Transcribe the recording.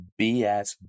BS